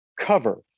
cover